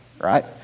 right